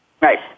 Right